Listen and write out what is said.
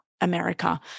America